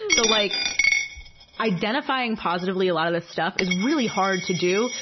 and so, like identifying positively, a lot of this stuff is really hard to do.